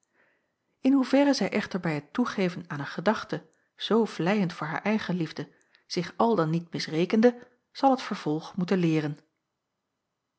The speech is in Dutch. in hoeverre zij echter bij het toegeven aan een gedachte zoo vleiend voor haar eigenliefde zich al dan niet misrekende zal het vervolg moeten leeren